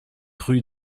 rue